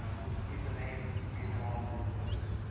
know he's he's the main reason all of this is so good.